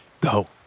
go